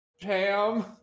Pam